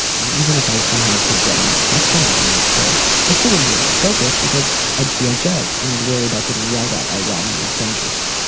and even if i somehow could get an exception to the mask rule, i still wouldn't be able to focus because i'd feel judged. and i'd worry about getting yelled at by well-meaning strangers.